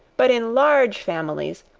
but in large families,